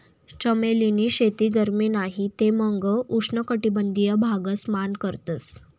चमेली नी शेती गरमी नाही ते मंग उष्ण कटबंधिय भागस मान करतस